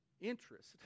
interest